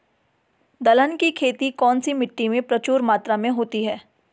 दलहन की खेती कौन सी मिट्टी में प्रचुर मात्रा में होती है?